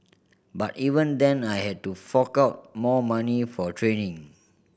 but even then I had to fork out more money for training